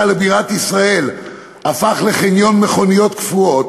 לבירת ישראל הפך לחניון מכוניות קפואות